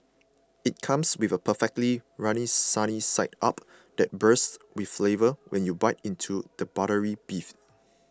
it comes with a perfectly runny sunny side up that bursts with flavour when you bite into the buttery beef